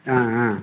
ஆ ஆ